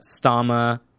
Stama